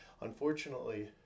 unfortunately